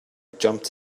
jumped